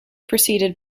preceded